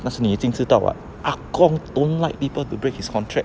那是你已经知道 [what] 阿公 don't like people to break his contract